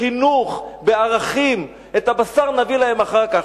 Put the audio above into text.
בחינוך, בערכים, את הבשר נביא להם אחר כך.